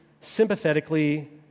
sympathetically